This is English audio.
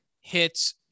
hits